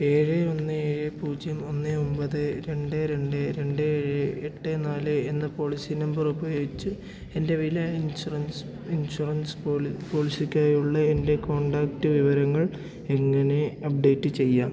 ഏഴ് ഒന്ന് ഏഴ് പൂജ്യം ഒന്ന് ഒമ്പത് രണ്ട് രണ്ട് രണ്ടേ ഏഴ് എട്ട് നാല് എന്ന പോളിസി നമ്പർ ഉപയോഗിച്ചു എൻ്റെ വിള ഇൻഷുറൻസ് ഇൻഷുറൻസ് പോളിസിക്കായുള്ള എൻ്റെ കോൺടാക്റ്റ് വിവരങ്ങൾ എങ്ങനെ അപ്ഡേറ്റ് ചെയ്യാം